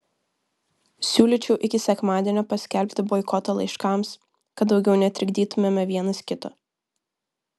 siūlyčiau iki sekmadienio paskelbti boikotą laiškams kad daugiau netrikdytumėme vienas kito